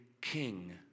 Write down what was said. king